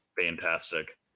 fantastic